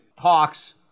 talks